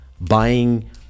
buying